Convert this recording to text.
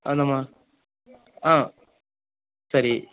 அதுதான்மா ஆ சரி